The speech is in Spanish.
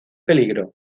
peligro